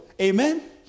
amen